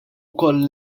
wkoll